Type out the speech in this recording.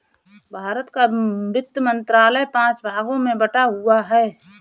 भारत का वित्त मंत्रालय पांच भागों में बटा हुआ है